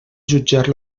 jutjar